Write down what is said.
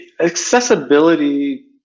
accessibility